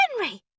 Henry